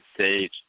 stage